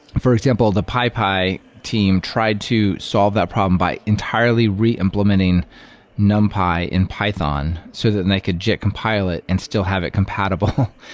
for example, the pypy team tried to solve the problem by entirely re-implementing numpy in python so that they could jit compile it and still have it compatible.